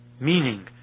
meaning